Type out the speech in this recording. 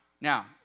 Now